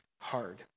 hard